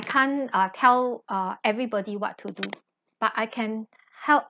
can't uh tell uh everybody what to do but I can hel~